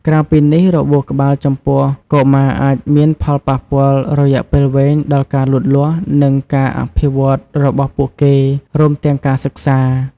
ក្រៅពីនេះ របួសក្បាលចំពោះកុមារអាចមានផលប៉ះពាល់រយៈពេលវែងដល់ការលូតលាស់ និងការអភិវឌ្ឍរបស់ពួកគេ រួមទាំងការសិក្សា។